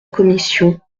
commission